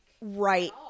Right